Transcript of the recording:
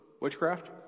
Witchcraft